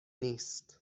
نیست